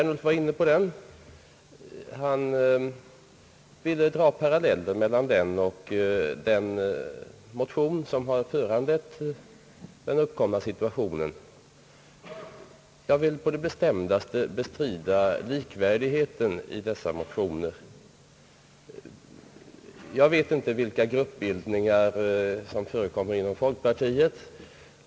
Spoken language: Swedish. Nu senast ville herr Ernulf dra paralleller mellan dem och den motion som föranlett den uppkomna situationen. Jag vill på det bestämdaste bestrida likvärdigheten i dessa motioner. Jag vet inte vilka gruppbildningar som förekommer i folkpartiet.